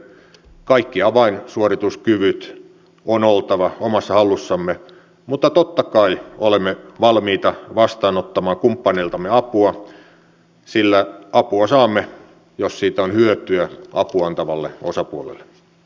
kaikkien avainsuorituskykyjen on oltava omassa hallussamme mutta totta kai olemme valmiita vastaanottamaan kumppaneiltamme apua sillä apua saamme jos siitä on hyötyä apua antavalle osapuolelle